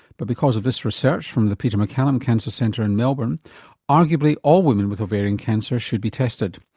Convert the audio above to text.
but because of this research from the peter maccallum cancer centre in melbourne arguably all women with ovarian cancer should be tested.